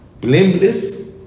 blameless